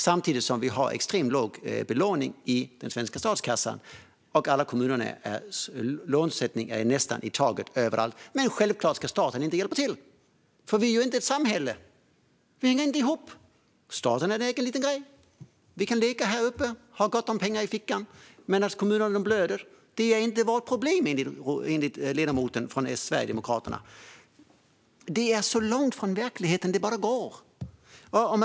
Samtidigt som belåningen i den svenska statskassan är extremt låg slår kommunernas lånesättning i taket nästan överallt. Men självklart ska staten inte hjälpa till, för vi är ju inte ett samhälle - vi hänger inte ihop! Staten är en egen liten grej. Vi kan leka här uppe och ha gott om pengar i fickan medan kommunerna blöder. Det är inte vårt problem, enligt ledamoten från Sverigedemokraterna. Detta är så långt från verkligheten som det bara går att komma.